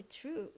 true